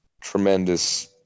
tremendous